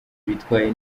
bitwaye